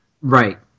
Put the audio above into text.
Right